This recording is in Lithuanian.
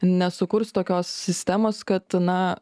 nesukurs tokios sistemos kad na